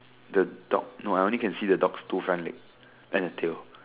the dog no I can only see the dog's two front leg and a tail